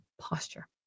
posture